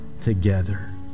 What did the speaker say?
together